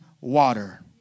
water